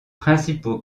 principaux